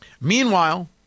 Meanwhile